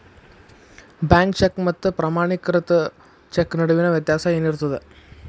Bank cheque ಮತ್ತ ಪ್ರಮಾಣೇಕೃತ cheque ನಡುವಿನ್ ವ್ಯತ್ಯಾಸ ಏನಿರ್ತದ?